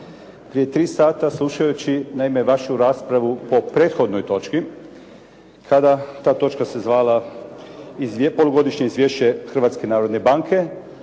prije tri sata slušajući naime vašu raspravu po prethodnoj točki kada ta točka se zvala Polugodišnje izvješće Hrvatske narodne banke,